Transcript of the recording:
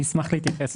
אשמח להתייחס.